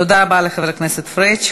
תודה רבה לחבר הכנסת פריג'.